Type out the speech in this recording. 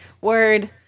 word